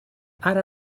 ara